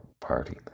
Party